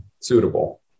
suitable